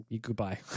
goodbye